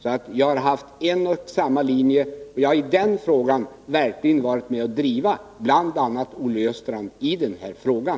Jag har således följt samma linje, och jag har verkligen varit en av dem som försökt påverka bl.a. Olle Östrand i den frågan.